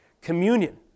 communion